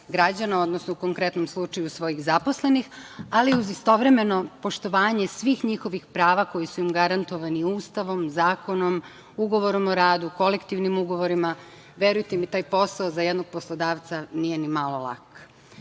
odnosno u konkretnom slučaju svojih zaposlenih, ali uz istovremeno poštovanje svih njihovih prava koja su im garantovana Ustavom i zakonom, Ugovorom o radu, kolektivnim ugovorima. Verujte mi, taj posao je za jednog poslodavca nije ni malo lak.U